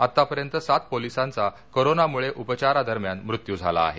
आतपर्यंत सात पोलिसांचा कोरोनामुळे उपचाराने दरम्यान मृत्यू झाला आहे